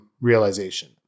realization